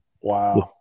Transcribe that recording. Wow